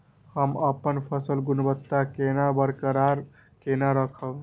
हम अपन फसल गुणवत्ता केना बरकरार केना राखब?